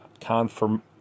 confirm